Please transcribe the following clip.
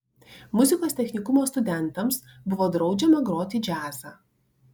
muzikos technikumo studentams buvo draudžiama groti džiazą